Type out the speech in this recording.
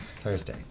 Thursday